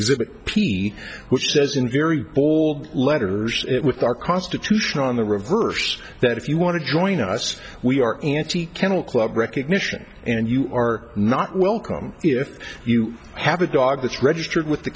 exhibit p which says in very bold letters with our constitution on the reverse that if you want to join us we are anti kennel club recognition and you are not welcome if you have a dog that's registered with the